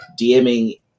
DMing